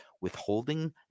withholding